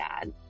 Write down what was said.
dad